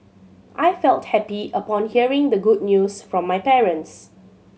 I felt happy upon hearing the good news from my parents